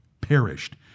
perished